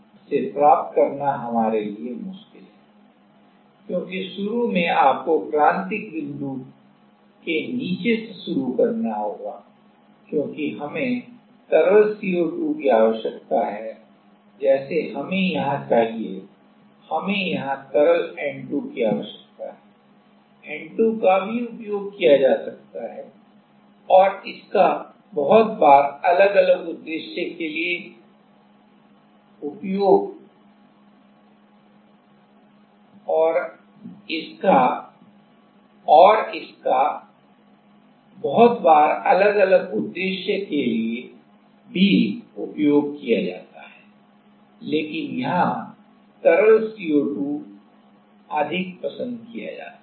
जिसे प्राप्त करना हमारे लिए मुश्किल है क्योंकि शुरू में आपको क्रांतिक बिंदु के नीचे से शुरू करना होगा क्योंकि हमें तरल CO2 की आवश्यकता है जैसे हमें यहां चाहिए हमें यहां तरल N2 की आवश्यकता है N2 का भी उपयोग किया जा सकता है और इसका बहुत बार अलग अलग उद्देश्य के लिए भी उपयोग किया जाता है लेकिन यहाँ तरल CO2 अधिक पसंद किया जाता है